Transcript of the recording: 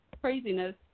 craziness